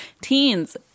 Teens